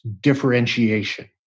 differentiation